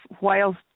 whilst